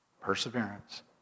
Perseverance